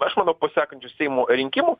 aš manau po sekančių seimo rinkimų